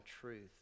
truth